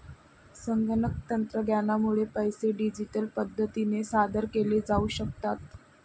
संगणक तंत्रज्ञानामुळे पैसे डिजिटल पद्धतीने सादर केले जाऊ शकतात